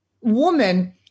woman